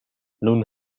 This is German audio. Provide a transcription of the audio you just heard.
nun